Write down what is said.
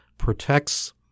Protects